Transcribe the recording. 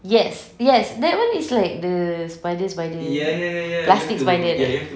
yes yes that [one] is like the spider spider plastic spider